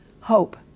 Hope